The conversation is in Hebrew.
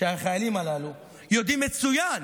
שהחיילים הללו יודעים מצוין